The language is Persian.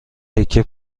تکه